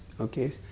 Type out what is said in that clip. okay